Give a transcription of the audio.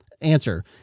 answer